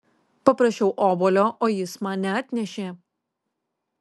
paprašiau obuolio o jis man neatnešė